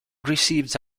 received